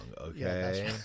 okay